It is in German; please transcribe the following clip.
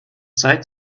zeit